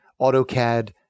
AutoCAD